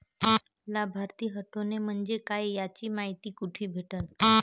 लाभार्थी हटोने म्हंजे काय याची मायती कुठी भेटन?